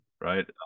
right